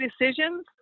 decisions